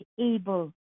able